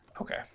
Okay